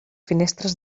finestres